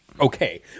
okay